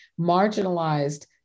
marginalized